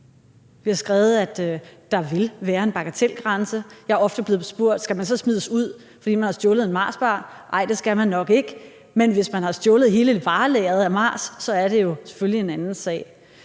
Vi har skrevet, at der vil være en bagatelgrænse. Jeg er ofte blevet spurgt, om man så skal smides ud, fordi man har stjålet en Marsbar. Nej, det skal man nok ikke. Men hvis man har stjålet hele varelageret af Marsbarer, er det selvfølgelig en anden sag.